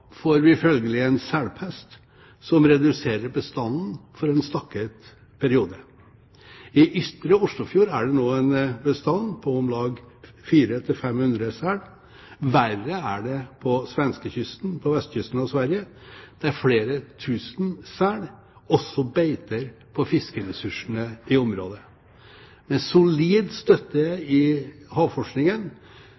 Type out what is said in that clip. får vi følgelig en selpest, som reduserer bestanden for en stakket periode. I Ytre Oslofjord er det nå en bestand på om lag 400–500 sel. Verre er det på vestkysten av Sverige, der flere tusen sel også beiter på fiskeressursene i området. Med solid støtte